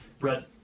red